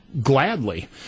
gladly